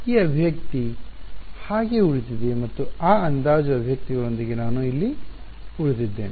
ಈ ಅಭಿವ್ಯಕ್ತಿ ಹಾಗೆಯೇ ಉಳಿದಿದೆ ಮತ್ತು ಆ ಅಂದಾಜು ಅಭಿವ್ಯಕ್ತಿಗಳೊಂದಿಗೆ ನಾನು ಇಲ್ಲಿ ಉಳಿದಿದ್ದೇನೆ